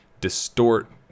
distort